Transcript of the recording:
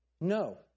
No